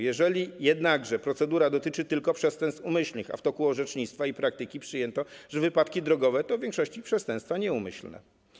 Jednakże procedura dotyczy tylko przestępstw umyślnych, a w toku orzecznictwa i praktyki przyjęto, że wypadki drogowe to w większości przestępstwa nieumyślne.